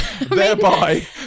Thereby